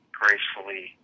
gracefully